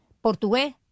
portugués